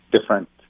different